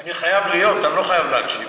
אני חייב להיות, אני לא חייב להקשיב.